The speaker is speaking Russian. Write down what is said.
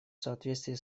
соответствии